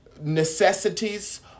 necessities